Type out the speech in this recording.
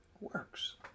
works